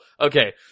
Okay